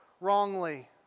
wrongly